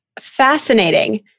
Fascinating